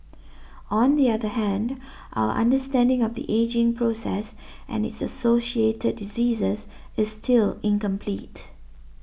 on the other hand our understanding of the ageing process and its associated diseases is still incomplete